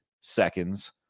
seconds